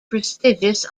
prestigious